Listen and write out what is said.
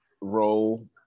role